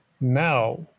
Now